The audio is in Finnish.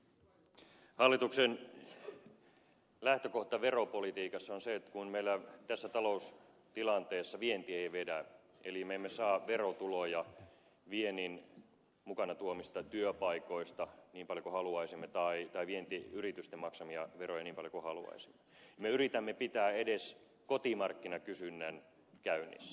hallituksen lähtökohta veropolitiikassa on se että kun meillä tässä taloustilanteessa vienti ei vedä eli me emme saa verotuloja viennin mukana tuomista työpaikoista niin paljon kuin haluaisimme tai vientiyritysten maksamia veroja niin paljon kuin haluaisimme me yritämme pitää edes kotimarkkinakysynnän käynnissä